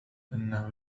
إنه